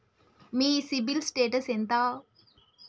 మీ CIBIL status ఎంత?